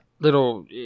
Little